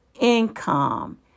income